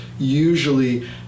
usually